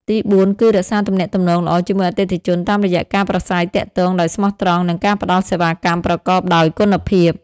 ទីបួន គឺ រក្សាទំនាក់ទំនងល្អជាមួយអតិថិជន តាមរយៈការប្រាស្រ័យទាក់ទងដោយស្មោះត្រង់ និងការផ្តល់សេវាកម្មប្រកបដោយគុណភាព។